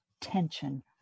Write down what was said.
tension